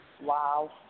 Wow